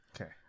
Okay